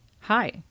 Hi